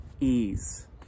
Ease